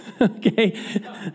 okay